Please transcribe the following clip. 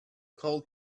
called